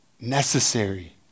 Necessary